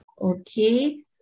Okay